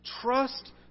trust